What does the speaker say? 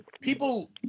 people